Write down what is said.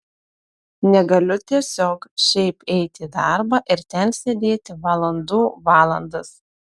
negaliu tiesiog šiaip eiti į darbą ir ten sėdėti valandų valandas